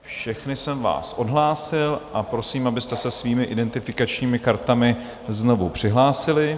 Všechny jsem vás odhlásil a prosím, abyste se svými identifikačními kartami znovu přihlásili.